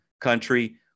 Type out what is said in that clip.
country